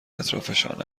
اطرافشان